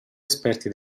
esperti